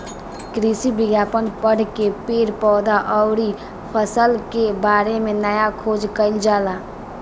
कृषि विज्ञान पढ़ के पेड़ पौधा अउरी फसल के बारे में नया खोज कईल जाला